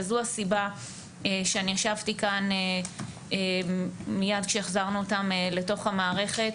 וזו הסיבה שאני ישבתי כאן מיד כשהחזרנו אותם לתוך המערכת.